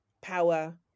power